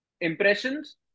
impressions